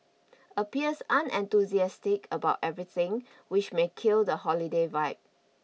appears unenthusiastic about everything which may kill the holiday vibe